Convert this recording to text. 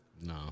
No